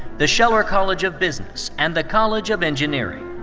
the scheller college of business, and the college of engineering.